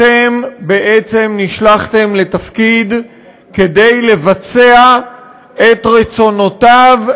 אתם בעצם נשלחתם לתפקיד כדי לבצע את רצונותיו,